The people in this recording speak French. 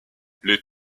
les